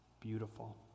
beautiful